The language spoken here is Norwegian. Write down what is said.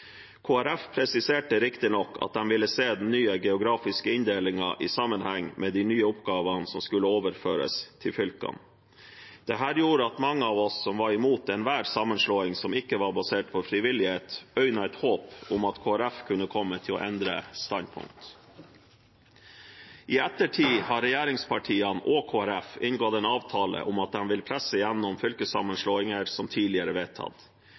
presiserte riktignok at de ville se den nye geografiske inndelingen i sammenheng med de nye oppgavene som skulle overføres til fylkene. Dette gjorde at mange av oss som var imot enhver sammenslåing som ikke var basert på frivillighet, øynet et håp om at Kristelig Folkeparti kunne komme til å endre standpunkt. I ettertid har regjeringspartiene og Kristelig Folkeparti inngått en avtale om at de vil presse gjennom fylkessammenslåinger, som tidligere vedtatt.